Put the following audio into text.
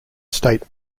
state